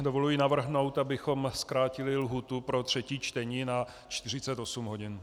Dovoluji si navrhnout, abychom zkrátili lhůtu pro třetí čtení na 48 hodin.